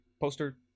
poster